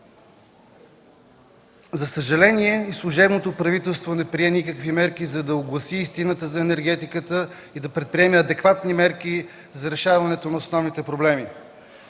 За съжаление и служебното правителство не предприе никакви мерки да огласи истината за енергетиката и да предприеме адекватни мерки за решаването на основните проблеми.